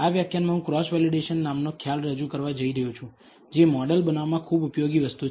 આ વ્યાખ્યાનમાં હું ક્રોસ વેલિડેશન નામનો ખ્યાલ રજૂ કરવા જઈ રહ્યો છું જે મોડેલ બનાવવામાં ખૂબ ઉપયોગી વસ્તુ છે